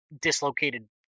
dislocated